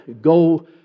go